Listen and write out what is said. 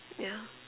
yeah